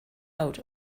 out